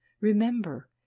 Remember